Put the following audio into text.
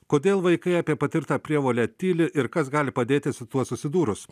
kodėl vaikai apie patirtą prievolę tyli ir kas gali padėti su tuo susidūrus